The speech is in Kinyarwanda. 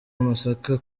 amasaka